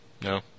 no